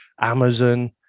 Amazon